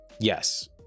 Yes